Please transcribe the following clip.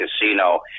casino